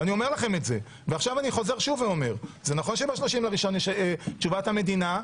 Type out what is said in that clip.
ושוב אומר - נכון שב-30.1 יש תשובת המדינה.